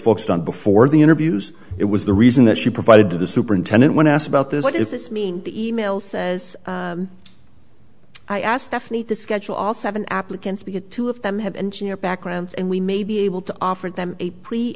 focused on before the interviews it was the reason that she provided to the superintendent when asked about this what is this meeting the email says i asked if need to schedule all seven applicants because two of them have engineer backgrounds and we may be able to offer them a pre